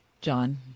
John